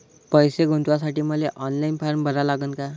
पैसे गुंतवासाठी मले ऑनलाईन फारम भरा लागन का?